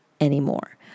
anymore